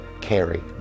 carry